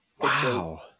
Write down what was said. Wow